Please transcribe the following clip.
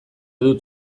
dut